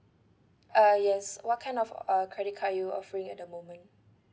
uh yes what kind of uh credit card you're offering at the moment